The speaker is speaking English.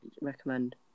recommend